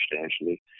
substantially